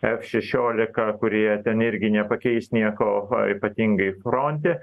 f šešiolika kurie ten irgi nepakeis nieko a ypatingai fronte